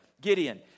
Gideon